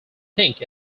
think